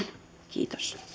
kiitos